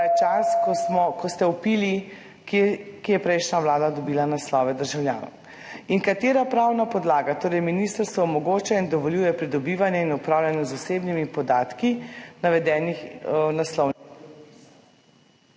nazaj čas, ko ste vpili, kje je prejšnja vlada dobila naslove državljanov. Katera pravna podlaga ministrstvu omogoča in dovoljuje pridobivanje in upravljanje z osebnimi podatki navedenih naslov?